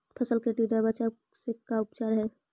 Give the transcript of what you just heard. फ़सल के टिड्डा से बचाव के का उपचार है?